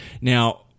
now